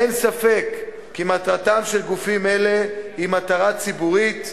אין ספק כי מטרתם של גופים אלה היא מטרה ציבורית,